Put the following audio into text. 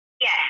Yes